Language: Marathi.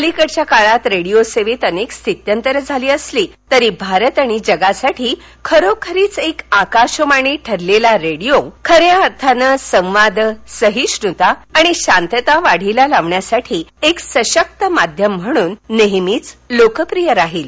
अलिकडच्या काळात रेडिओ सेवेत अनेक स्थित्यंतर झाली असली तरी भारत आणि जगासाठी खरोखरीच एक आकाशवाणी ठरलेला रेडिओ खऱ्या अर्थानं संवाद सहिष्णूता आणि शांतता वाढीला लावण्यासाठी एक सशक्त माध्यम म्हणून नेहमीच लोकप्रिय राहिल